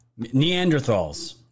Neanderthals